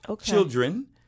children